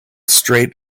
strait